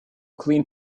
clean